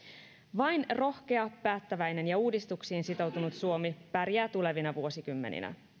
vain rohkea päättäväinen ja uudistuksiin sitoutunut suomi pärjää tulevina vuosikymmeninä